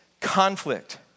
conflict